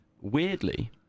Weirdly